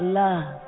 love